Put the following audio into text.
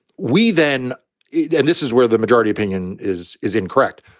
we then and this is where the majority opinion is, is incorrect.